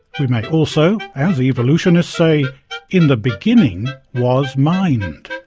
we may also, as evolutionists say in the beginning was mind.